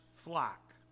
flock